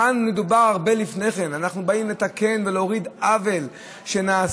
כאן מדובר הרבה לפני כן: אנחנו באים לתקן ולהוריד עוול שנעשה.